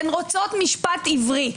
הן רוצות משפט עברי.